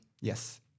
yes